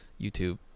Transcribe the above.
YouTube